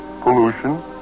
pollution